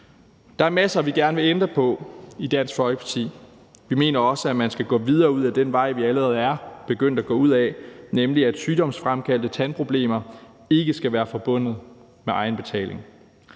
Der er masser, vi i Dansk Folkeparti gerne vil ændre på. Vi mener også, at man skal gå videre ud ad den vej, vi allerede er begyndt at gå ud ad, nemlig at sygdomsfremkaldte tandproblemer ikke skal være forbundet med egenbetaling.